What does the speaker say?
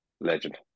Legend